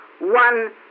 One